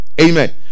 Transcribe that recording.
Amen